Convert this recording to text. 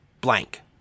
blank